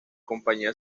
compañía